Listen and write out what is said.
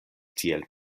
tiel